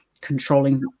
controlling